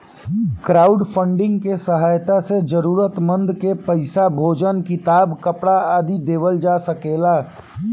crowdfunding के सहायता से जरूरतमंद के पईसा, भोजन किताब, कपरा आदि देवल जा सकेला